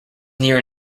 near